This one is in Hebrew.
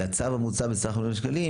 לצו המוצע בסך 40 מיליון שקלים,